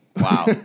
Wow